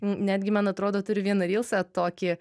netgi man atrodo turiu vieną rylsą tokį